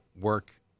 work